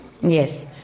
Yes